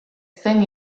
zein